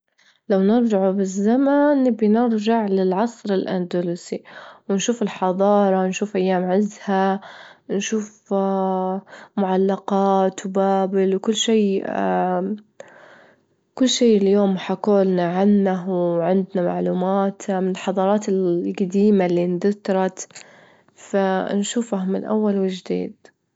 لو نرجعوا بالزمن نبي نرجع للعصر الأندلسي، ونشوف الحضارة، نشوف أيام عزها، نشوف معلقات وبابل وكل شي كل شي اليوم حكوا لنا عنه وعندنا معلومات من الحضارات الجديمة اللي إندسترت، فنشوفها من أول وجديد.